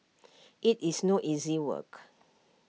IT is no easy work